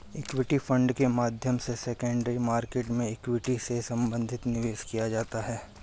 equity fund के माध्यम से सेकेंडरी मार्केट में इक्विटी से संबंधित निवेश किया जाता है